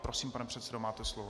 Prosím, pane předsedo, máte slovo.